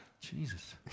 Jesus